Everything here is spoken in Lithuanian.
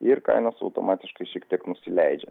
ir kainos automatiškai šiek tiek nusileidžia